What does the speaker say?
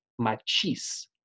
machis